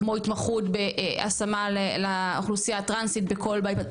כמו התפתחות בהשמה לאוכלוסייה הטרנסית בכל בית.